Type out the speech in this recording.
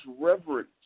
reverence